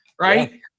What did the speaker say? right